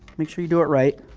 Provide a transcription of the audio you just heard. make sure you do it right.